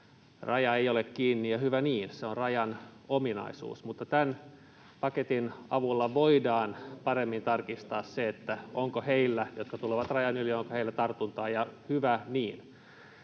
raja ei ole kiinni, ja hyvä niin — se on rajan ominaisuus. Mutta tämän paketin avulla voidaan paremmin tarkistaa se, onko heillä, jotka tulevat rajan yli,